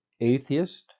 Atheist